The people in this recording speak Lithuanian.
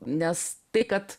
nes tai kad